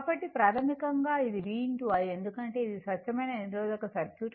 కాబట్టి ప్రాథమికంగా ఇది v i ఎందుకంటే ఇది స్వచ్ఛమైన నిరోధక సర్క్యూట్